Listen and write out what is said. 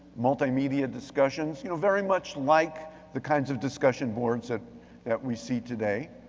multimedia discussions, you know very much like the kinds of discussion boards that that we see today.